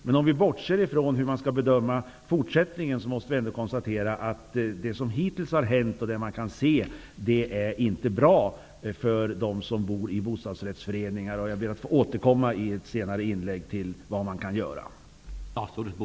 Men om vi bortser ifrån hur man skall bedöma fortsättningen måste vi ändå konstatera att det som har hänt hittills och det man kan se, inte är bra för dem som bor i bostadsrättsföreningar. Jag ber att få återkomma till vad man kan göra i ett senare inlägg.